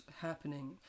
happening